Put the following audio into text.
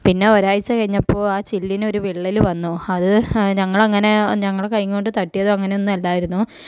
പിന്നെ ഒരാഴ്ച്ച കഴിഞ്ഞപ്പോൾ ആ ചില്ലിനൊരു വിള്ളൽ വന്നു അത് ഞങ്ങളങ്ങനെ ഞങ്ങൾ കയ്യും കൊണ്ട് തട്ടിയതും അങ്ങനെ ഒന്നും അല്ലായിരുന്നു